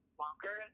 longer